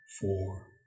four